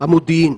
המודיעין.